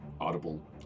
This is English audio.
audible